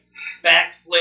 backflip